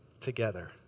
together